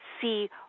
see